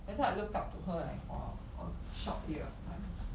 that's why I looked up to her like for a short period of time